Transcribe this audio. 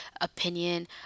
opinion